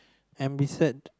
and beside the